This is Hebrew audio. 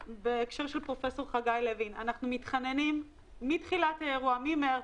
אנחנו מתחננים מתחילת האירוע, ממרץ,